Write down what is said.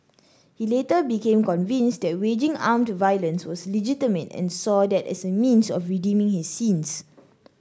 he later became convinced that waging armed violence was legitimate and saw that as a means of redeeming his sins